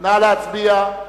נא להצביע.